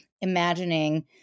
imagining